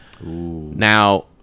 Now